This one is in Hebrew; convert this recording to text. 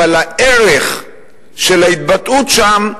אבל הערך של ההתבטאות שם,